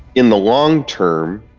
in the long term,